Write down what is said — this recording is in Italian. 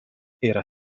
era